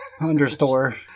understore